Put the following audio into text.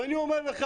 ואני אומר לך,